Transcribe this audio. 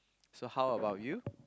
so how about you